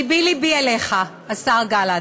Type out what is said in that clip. לבי לבי עליך, השר גלנט,